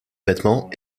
vêtements